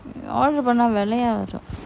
order பண்ண வெள்ளைய வரும்:panna vellaya varum